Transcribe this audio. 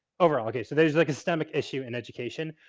overall, okay, so there's like a stomach issue in education.